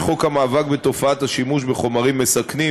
חוק המאבק בתופעת השימוש בחומרים מסכנים,